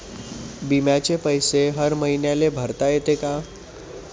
बिम्याचे पैसे हर मईन्याले भरता येते का?